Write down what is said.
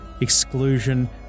exclusion